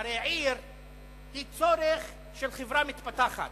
הרי עיר היא צורך של חברה מתפתחת.